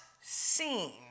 seen